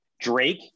Drake